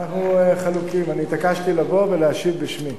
אנחנו חלוקים, אני התעקשתי לבוא ולהשיב בשמי.